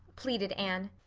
pleaded anne.